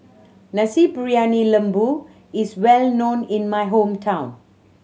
Nasi Briyani Lembu is well known in my hometown